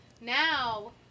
now